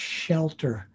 shelter